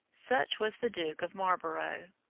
such was the duke of marlborough,